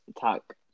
talk